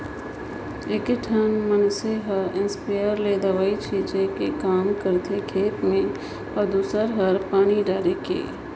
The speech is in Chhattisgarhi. एगोट मइनसे हर इस्पेयर ले दवई छींचे कर काम करथे खेत में अउ दूसर हर पानी डोहे कर